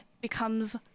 becomes